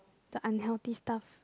the unhealthy stuff